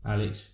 Alex